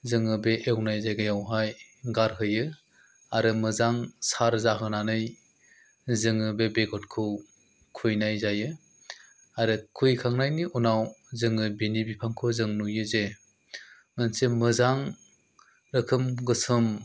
जोङो बे एवनाय जायगायावहाय गारहैयो आरो मोजां सार जाहोनानै जोहो बे बेगरखौ खुयनाय जायो आरो खुयखांनायनि उनाव जोङो बिनि बिफांखौ जों नुयोजे मोनसे मोजां रोखोम गोसोम